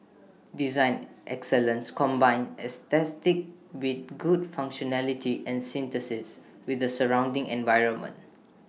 design excellence combines aesthetics with good functionality and synthesis with the surrounding environment